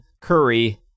curry